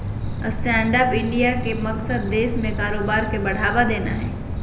stand up India के मकसद देश में कारोबार के बढ़ावा देना हइ